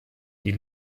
die